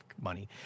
money